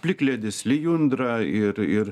plikledis lijundra ir ir